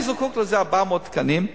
אני זקוק לאיזה 400 תקנים,